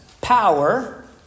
power